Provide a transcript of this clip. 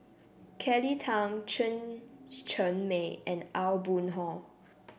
Kelly Tang Chen Cheng Mei and Aw Boon Haw